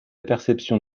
perception